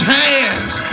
hands